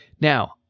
Now